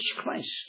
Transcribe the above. Christ